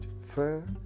fair